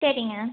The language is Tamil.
சரிங்க